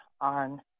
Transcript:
on